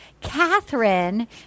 Catherine